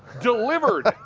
delivered.